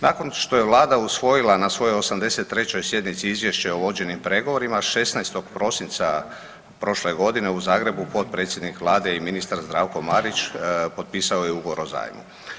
Nakon što je Vlada usvojila na svojoj 83. sjednici izvješće o vođenim pregovorima 16. prosinca prošle godine u Zagrebu potpredsjednik Vlade i ministar Zdravko Marić potpisao je ugovor o zajmu.